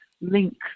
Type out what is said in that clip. link